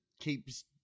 keeps